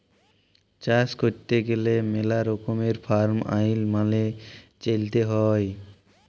চাষ ক্যইরতে গ্যালে ম্যালা রকমের ফার্ম আইল মালে চ্যইলতে হ্যয়